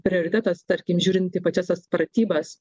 prioritetas tarkim žiūrinti pačias tas pratybas